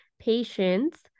patients